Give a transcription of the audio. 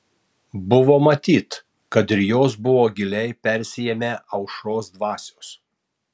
buvo matyt kad ir jos buvo giliai persiėmę aušros dvasios